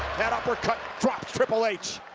that uppercut dropped triple h.